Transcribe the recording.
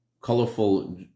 Colorful